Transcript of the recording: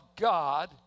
God